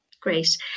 Great